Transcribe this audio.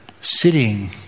sitting